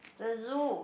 the zoo